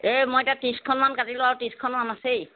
এই মই এতিয়া ত্ৰিছখনমান কাটিলোঁ আৰু ত্ৰিছখনমান আছেই